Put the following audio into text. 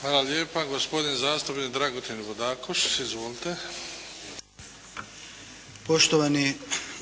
Hvala lijepa. Gospodin zastupnik Dragutin Bodakoš. Izvolite. **Bodakoš, Dragutin (SDP)** Poštovani